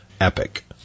epic